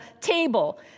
table